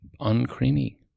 uncreamy